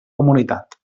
comunitat